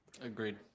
Agreed